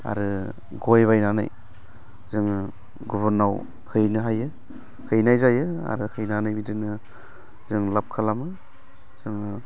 आरो गय बायनानै जोङो गुबुनाव हैनो हायो हैनाय जायो आरो हैनानै बिदिनो जों लाब खालामो जोङो